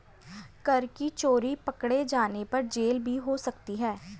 कर की चोरी पकडे़ जाने पर जेल भी हो सकती है